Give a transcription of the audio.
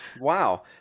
wow